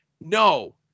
no